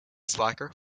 slacker